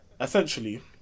essentially